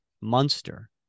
monster